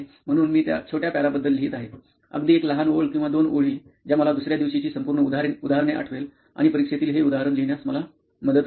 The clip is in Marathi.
म्हणून मी त्या छोट्या पॅराबद्दल लिहित आहे अगदी एक लहान ओळ किंवा दोन ओळी ज्या मला दुसर्या दिवशीची संपूर्ण उदाहरणे आठवेल आणि परीक्षेतील हे उदाहरण लिहिण्यास मला मदत होईल